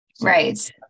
Right